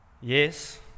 Yes